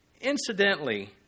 Incidentally